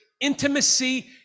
intimacy